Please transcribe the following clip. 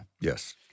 Yes